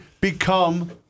become